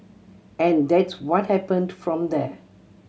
and that's what happened from there